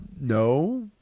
No